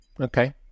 Okay